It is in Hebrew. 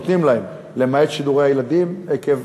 נותנים להם "למעט שידורי הילדים" עקב